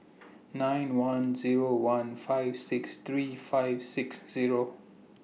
nine one Zero one five six three five six Zero